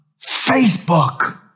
Facebook